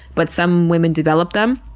but some women develop them.